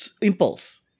Impulse